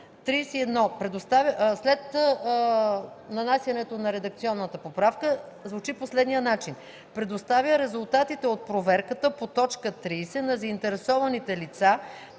След нанасянето на редакционната поправка текстът звучи по следния начин: „31. предоставя резултатите от проверката по т. 30 на заинтересованите лица